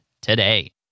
today